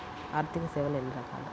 ఆర్థిక సేవలు ఎన్ని రకాలు?